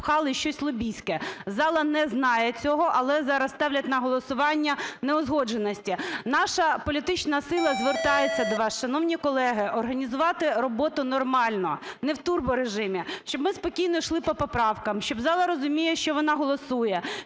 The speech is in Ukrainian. впхали щось лобістське, зала не знає цього. Але зараз ставлять на голосування неузгодженості. Наша політична сила звертається до вас, шановні колеги, організувати роботу нормально, не в турборежимі, щоб ми спокійно йшли по поправкам, щоб зала розуміла, що вона голосує.